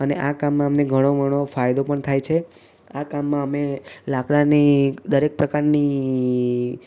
અને આ કામમાં અમને ઘણો ઘણો ફાયદો પણ થાય છે આ કામમાં અમે લાકડાંની દરેક પ્રકારની